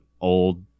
old